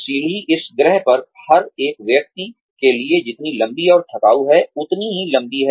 सीढ़ी इस ग्रह पर हर एक व्यक्ति के लिए जितनी लंबी और थकाऊ है उतनी ही लंबी है